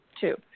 two